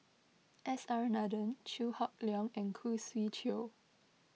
S R Nathan Chew Hock Leong and Khoo Swee Chiow